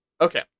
Okay